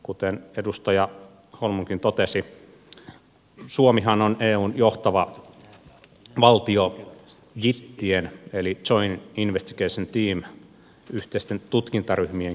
kuten edustaja holmlundkin totesi suomihan on eun johtava valtio jitien eli joint investigation teamien yhteisten tutkintaryhmien käytössä